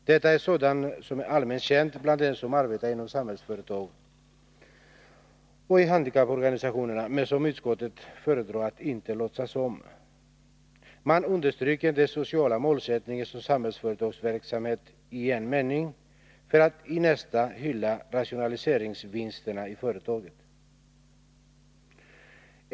Detta är sådant som är allmänt känt bland dem som arbetar inom Samhällsföretag och i handikapporganisationerna men som utskottet föredrar att inte låtsas om. Man understryker i en mening den sociala målsättningen för Samhällsföretags verksamhet, för att i nästa hylla rationaliseringsvinsterna i företaget.